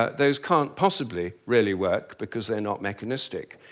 those can't possibly really work because they're not mechanistic.